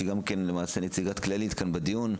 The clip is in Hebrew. שהיא גם נציגת כללית כאן בדיון.